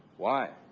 why?